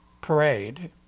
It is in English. parade